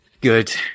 Good